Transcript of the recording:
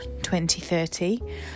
2030